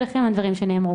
הדיבור.